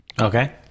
Okay